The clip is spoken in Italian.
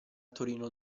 torino